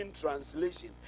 translation